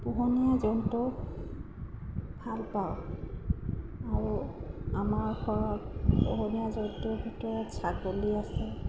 পোহনীয়া জন্তু ভালপাওঁ আৰু আমাৰ ঘৰত পোহনীয়া জন্তুৰ ভিতৰত ছাগলী আছে